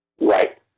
Right